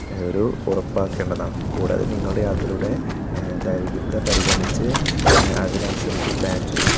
ഒരു ഉറപ്പാക്കേണ്ടതാണ് കൂടാതെ നിങ്ങളുടെ യാത്രയുടെ ദൈർഘ്യത പരിഗണിച്ച് അതിനനുസരിച്ച് പ്ലാൻ ചെയ്യുക